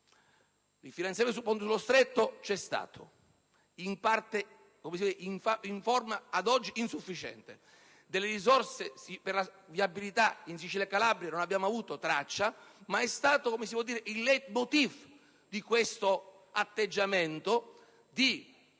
Il finanziamento per il ponte sullo Stretto c'è stato in forma ad oggi insufficiente; delle risorse per la viabilità in Sicilia e Calabria non abbiamo avuto traccia, ma il *leitmotiv* di questo atteggiamento è